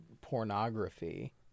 pornography